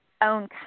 own